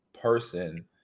person